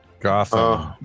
Gotham